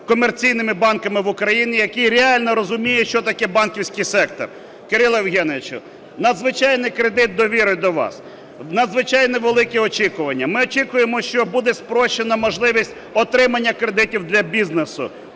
комерційними банками в Україні, який реально розуміє, що таке банківський сектор. Кирило Євгеновичу, надзвичайний кредит довіри до вас, надзвичайно великі очікування. Ми очікуємо, що буде спрощено можливість отримання кредитів для бізнесу,